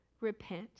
repent